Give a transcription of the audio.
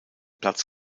platz